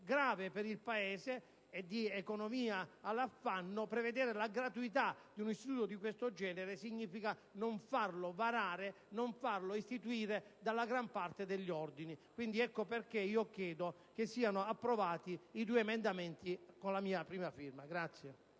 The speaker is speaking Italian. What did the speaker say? grave per il Paese e di economia in affanno prevedere la gratuità di un istituto del genere significa non farlo varare, non farlo istituire, dalla maggior parte degli ordini. Per tutti questi motivi chiedo che siano approvati i due emendamenti che recano la mia prima firma.